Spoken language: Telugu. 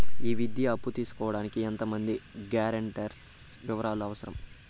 ఈ విద్యా అప్పు తీసుకోడానికి ఎంత మంది గ్యారంటర్స్ వివరాలు అవసరం?